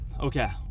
Okay